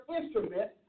instrument